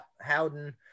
Howden